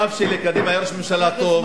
אף שלקדימה היה ראש ממשלה טוב,